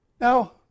Now